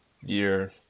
Year